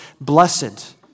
blessed